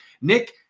Nick